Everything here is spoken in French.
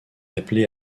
appelé